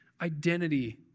identity